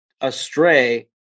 astray